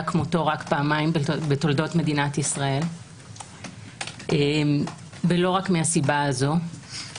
כמותו רק פעמיים בתולדות מדינת ישראל ולא רק מסיבה זו